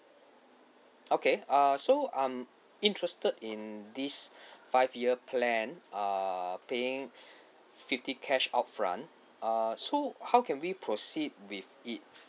okay err so I'm interested in this five year plan err paying fifty cash upfront err so how can we proceed with it